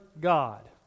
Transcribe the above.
God